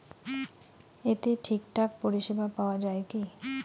এতে ঠিকঠাক পরিষেবা পাওয়া য়ায় কি?